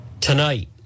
Tonight